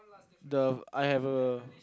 the I have a